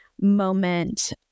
moment